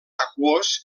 aquós